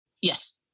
yes